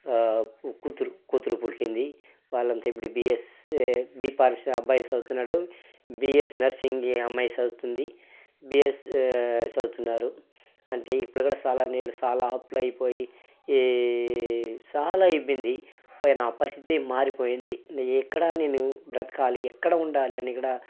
ఒక కూతురు కూతురు పుట్టింది వాళ్ళంతా ఇప్పుడు బిఎస్ఏ బీ అబ్బాయి చదువుతున్నాడు బిఎస్ నర్సింగ్ అమ్మాయి సదువుతుంది బిఎస్ చదువుతున్నారు అంటే ఇప్పుడు కూడా సాలా మేలు చాలా అప్పులు అయిపోయి ఈ చాలా అయిపోయింది పోయి నా పరిస్థితి మారిపోయింది నేను ఎక్కడ నేను బ్రతకాలి ఎక్కడ నేను ఉండాలి అని కూడా